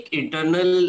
internal